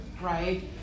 right